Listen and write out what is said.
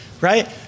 right